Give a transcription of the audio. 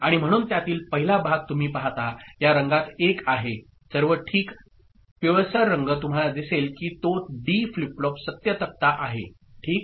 आणि म्हणून त्यातील पहिला भाग तुम्ही पाहता या रंगात एक आहे सर्व ठीक पिवळसर रंग तुम्हाला दिसेल की तो डी फ्लिप फ्लॉप सत्य तक्ता आहे ठीक